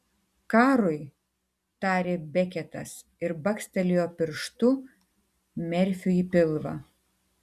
karui tarė beketas ir bakstelėjo pirštu merfiui į pilvą